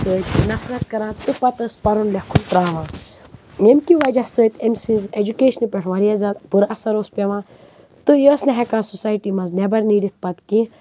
سۭتۍ نفرت کَران تہٕ پتہٕ ٲسۍ پَرُن لیٚکھُن تَراوان ییٚمہِ کہِ وجہ سۭتۍ أمۍ سٕنٛزِ ایٚجُوکیشنہِ پٮ۪ٹھ وارٕیاہ زیادٕ بُرٕ اَثر اوس پیٚوان تہٕ یہِ ٲسی نہٕ ہٮ۪کان سوسایٹی منٛز نٮ۪بر نیرِتھ پَتہٕ کیٚنٛہہ